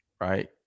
Right